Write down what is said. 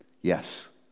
Yes